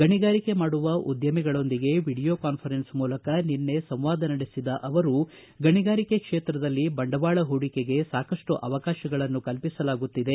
ಗಣಿಗಾರಿಕೆ ಮಾಡುವ ಉದ್ದಮಿಗಳೊಂದಿಗೆ ವಿಡಿಯೋ ಕಾಸ್ಫರೆನ್ಸ್ ಮೂಲಕ ಸಂವಾದ ನಡೆಸಿದ ಅವರು ಗಣಿಗಾರಿಕೆ ಕ್ಷೇತ್ರದಲ್ಲಿ ಬಂಡವಾಳ ಹೂಡಿಕೆಗೆ ಸಾಕಷ್ಟು ಅವಕಾಶಗಳನ್ನು ಕಲ್ಪಿಸಲಾಗುತ್ತಿದೆ